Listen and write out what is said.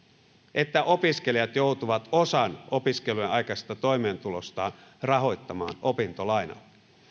että opiskelijat joutuvat osan opiskelujen aikaisesta toimeentulostaan rahoittamaan opintolainalla